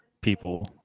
people